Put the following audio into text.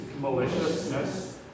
maliciousness